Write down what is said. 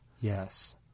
Yes